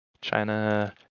China